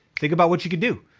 think about what you could do.